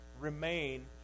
Remain